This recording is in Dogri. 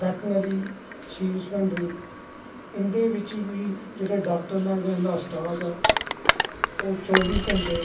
बैटनरी शीप हस्बैंड्री इंदे बिच्च बी जेह्ड़े इंदे डाक्टर नैं जां स्टाफ ऐ ओह् चौह्बी घैंटे